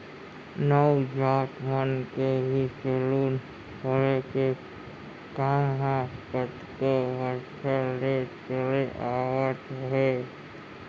नाऊ जात मन के ही सेलून खोले के काम ह कतको बछर ले चले आवत हावय